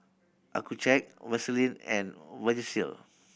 Accucheck Vaselin and Vagisil